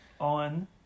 On